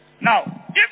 Now